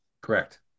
Correct